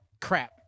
crap